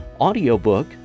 audiobook